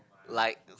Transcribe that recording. likes